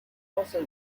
also